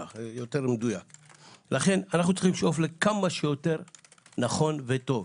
לכן אנו צריכים לשאוף לכמה שיותר נכון וטוב.